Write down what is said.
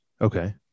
Okay